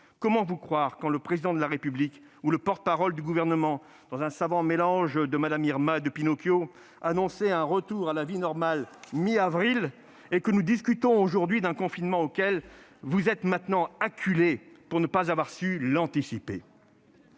Comment vous croire, alors que le Président de la République ou le porte-parole du Gouvernement, dans un savant mélange de Madame Irma et de Pinocchio, annonçaient un retour à la vie normale à la mi-avril et que nous discutons aujourd'hui d'un confinement auquel vous êtes maintenant acculé, pour ne pas avoir su l'anticiper ?